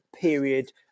period